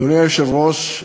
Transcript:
אדוני היושב-ראש,